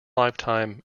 lifetime